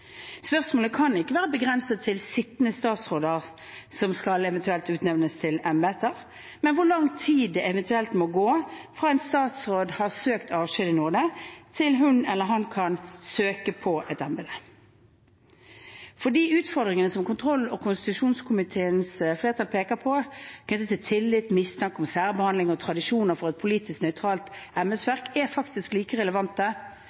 Spørsmålet kan ikke være begrenset til sittende statsråder som eventuelt skal utnevnes til embeter, men hvor lang tid det eventuelt må gå fra en statsråd har søkt avskjed i nåde, til hun eller han kan søke på et embete. Utfordringene kontroll- og konstitusjonskomiteens flertall peker på knyttet til tillit, mistanke om særbehandling og tradisjoner for et politisk nøytralt embetsverk, er faktisk like relevante